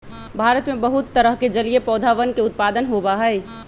भारत में बहुत तरह के जलीय पौधवन के उत्पादन होबा हई